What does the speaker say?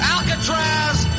Alcatraz